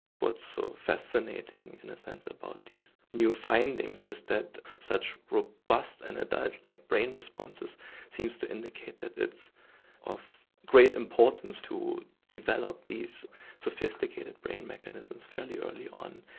what's so fascinating, in a sense, about these new findings is that such robust and adult-like brain responses seems to indicate that it's of great importance to develop these sophisticated brain mechanisms fairly early on,